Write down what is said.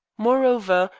moreover,